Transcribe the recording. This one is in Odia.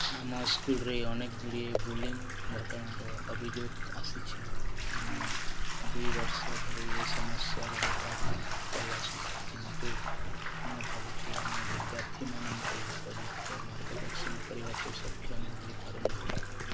ଆମ ସ୍କୁଲରେ ଅନେକଗୁଡ଼ିଏ ବୁଲିଙ୍ଗ୍ ଘଟଣାର ଅଭିଯୋଗ ଆସିଛି ଆମେ ଦୁଇ ବର୍ଷ ଧରି ଏ ସମସ୍ୟାର ମୁକାବିଲା କରି ଆସୁଛୁ କିନ୍ତୁ ମୁଁ ଭାବୁଛି ଆମେ ବିଦ୍ୟାର୍ଥୀମାନଙ୍କୁ ଉପଯୁକ୍ତ ମାର୍ଗଦର୍ଶନ କରିବାକୁ ସକ୍ଷମ ହେଇପାରନାହୁଁ